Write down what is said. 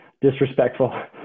disrespectful